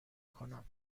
کنم